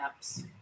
apps